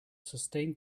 sustained